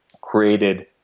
created